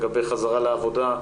לגבי חזרה לעבודה,